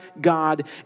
God